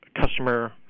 customer